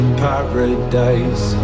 paradise